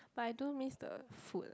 but I do miss the food lah